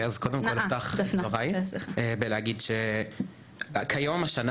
אז קודם כל אפתח בלהגיד שכיום השנה